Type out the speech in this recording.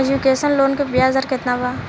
Education loan के ब्याज दर केतना बा?